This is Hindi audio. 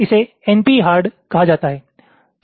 इसे एनपी हार्ड कहा जाता है